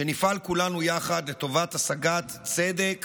שנפעל כולנו יחד לטובת השגת צדק